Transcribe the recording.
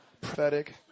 prophetic